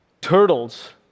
turtles